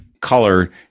color